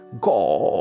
God